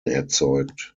erzeugt